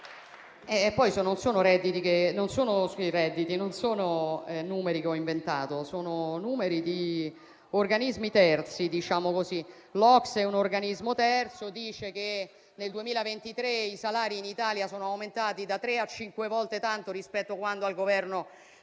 questi non sono numeri che ho inventato: sono numeri di organismi terzi. L'OCSE, un organismo terzo, dice che, nel 2023, i salari in Italia sono aumentati da tre a cinque volte tanto rispetto a quando al Governo